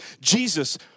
Jesus